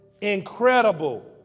incredible